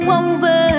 over